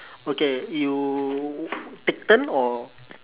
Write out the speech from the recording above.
okay you take turn or